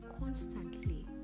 constantly